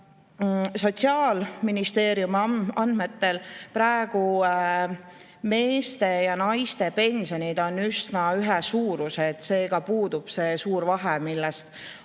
Sotsiaalministeeriumi andmetel meeste ja naiste pensionid praegu üsna ühesuurused. Seega puudub see suur vahe, millest